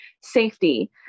safety